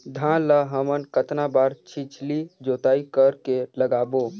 धान ला हमन कतना बार छिछली जोताई कर के लगाबो?